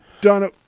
Donna